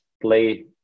play